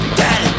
dead